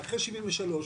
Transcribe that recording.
ואחרי 1973,